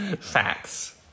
Facts